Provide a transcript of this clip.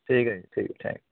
ਠੀਕ ਹੈ ਜੀ ਠੀਕ ਹੈ ਥੈਂਕ